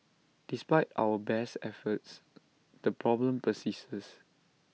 despite our best efforts the problem persists